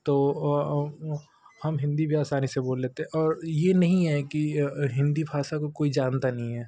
तो हम हिंदी भी आसानी से बोल लेते हैं और ये नहीं है कि हिंदी भाषा को कोई जानता नहीं है